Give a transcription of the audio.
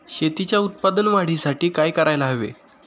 शेतीच्या उत्पादन वाढीसाठी काय करायला हवे?